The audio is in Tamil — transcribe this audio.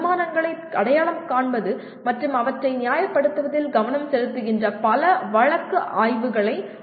அனுமானங்களை அடையாளம் காண்பது மற்றும் அவற்றை நியாயப்படுத்துவதில் கவனம் செலுத்துகின்ற பல வழக்கு ஆய்வுகளை ஆராய வேண்டும்